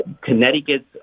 Connecticut's